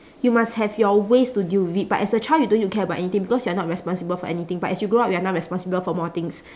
you must have your ways to deal with it but as a child you don't need to care about anything because you're not responsible for anything but as you grow up you're now responsible for more things